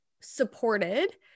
supported